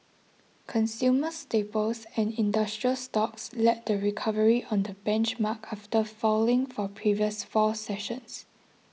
consumer staples and industrial stocks led the recovery on the benchmark after falling for previous four sessions